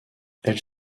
elles